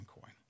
coin